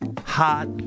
hot